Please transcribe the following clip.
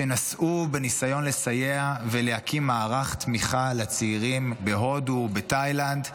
שנסעו בניסיון לסייע ולהקים מערך תמיכה לצעירים בהודו ובתאילנד,